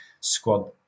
squad